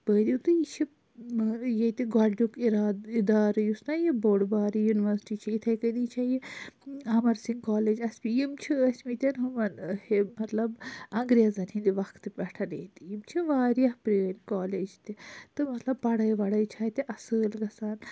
مٲنِو تُہۍ یہِ چھِ ییٚتہِ گۄڈنیُک اِرادٕ اِدارٕ یُس نہَ یہِ بوٚڈ بار یونیوَرسِٹی چھ یِتھٕے کٔنی چھِ یہِ اَمَرسِنٛگ کالیج ایس پی یِم چھِ ٲسۍمٕتۍ یِمَن مَطلَب اَنگریٖزَن ہٕنٛدِ وَقتہٕ پیٚٹھٕ ییٚتی یِم چھِ وارِیاہ پرٛٲنۍ کالیج تہِ تہٕ مَطلَب پَڑٲے وَڑٲے چھِ اَتہِ اَصٕل گَژھان